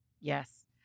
Yes